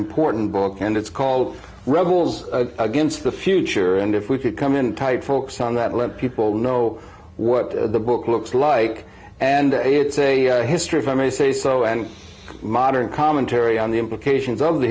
important book and it's called rebels against the future and if we could come in tight focus on that let people know what the book looks like and it's a history if i may say so and modern commentary on the implications of the